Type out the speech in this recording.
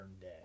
day